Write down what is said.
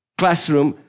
classroom